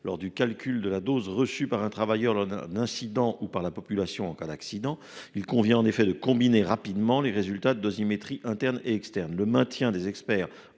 Lors du calcul de la dose reçue par un travailleur en cas d’incident ou par la population en cas d’accident, il convient en effet de combiner rapidement les résultats de dosimétrie interne et externe. Le maintien des experts